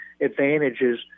advantages